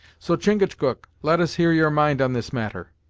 so, chingachgook, let us hear your mind on this matter